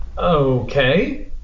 Okay